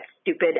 stupid